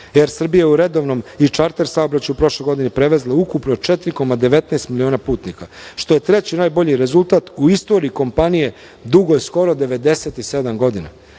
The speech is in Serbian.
„Er Srbija“ je u redovnom i čarter saobraćaju u prošloj godini prevezla ukupno 4,19 miliona putnika, što je treći najbolji rezultat u istoriji kompanije, dugoj skoro 97 godina.